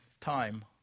time